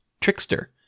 Trickster